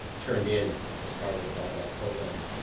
turned in as part of the buy back program.